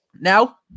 Now